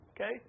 Okay